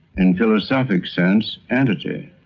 and philosophic sense, entity.